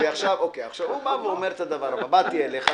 הוא אומר את הדבר הבא: באתי אליך,